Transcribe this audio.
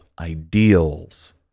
ideals